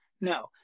No